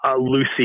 Lucy